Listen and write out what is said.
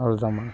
அவ்வளோ தாம்மா